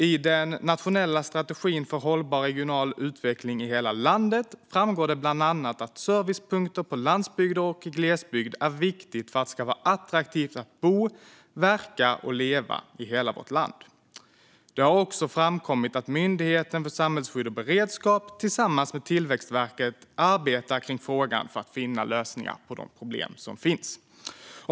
I den nationella strategin för hållbar regional utveckling i hela landet framgår bland annat att servicepunkter på landsbygd och i glesbygd är viktiga för att det ska vara attraktivt att bo, verka och leva i hela vårt land. Det har också framkommit att Myndigheten för samhällsskydd och beredskap tillsammans med Tillväxtverket arbetar med frågan för att finna lösningar på de problem som finns.